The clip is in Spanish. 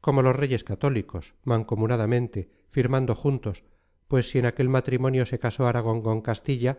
como los reyes católicos mancomunadamente firmando juntos pues si en aquel matrimonio se casó aragón con castilla